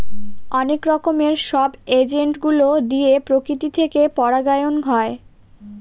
অনেক রকমের সব এজেন্ট গুলো দিয়ে প্রকৃতি থেকে পরাগায়ন হয়